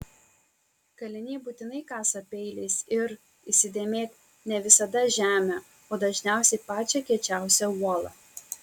kaliniai būtinai kasa peiliais ir įsidėmėk ne visada žemę o dažniausiai pačią kiečiausią uolą